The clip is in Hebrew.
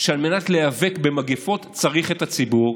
שעל מנת להיאבק במגפות צריך את הציבור.